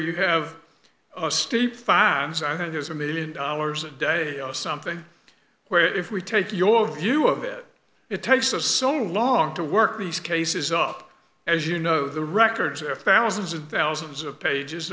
you have a state finance i think there's a one million dollars a day or something where if we take your view of it it takes us so long to work these cases up as you know the records are thousands and thousands of pages